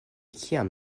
kiam